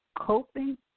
Coping